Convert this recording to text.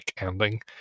ending